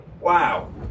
Wow